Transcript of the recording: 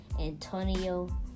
Antonio